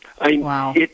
Wow